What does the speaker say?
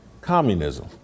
communism